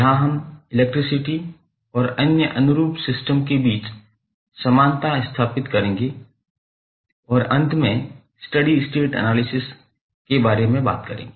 यहां हम इलेक्ट्रिसिटी और अन्य अनुरूप सिस्टम के बीच समानता स्थापित करेंगे और अंत में स्टेडी स्टेट एनालिसिस के बारे में बात करेंगे